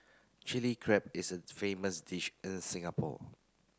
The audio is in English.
Chilli Crab is a famous dish in Singapore